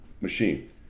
machine